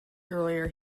earlier